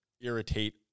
irritate